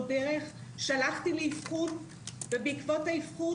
אז בואי תסבירי לנו את זה בבקשה.